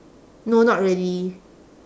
no not really